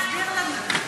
תסביר לנו.